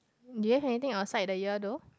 do you have anything outside the year though